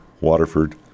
Waterford